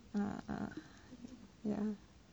ah ah ya